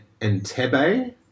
Entebbe